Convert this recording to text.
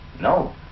No